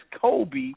Kobe